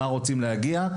לאן רוצים להגיע.